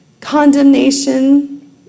Condemnation